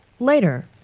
Later